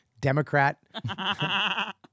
Democrat